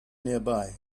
nearby